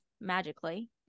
magically